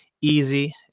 easy